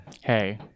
hey